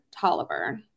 Tolliver